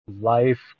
life